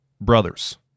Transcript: Brothers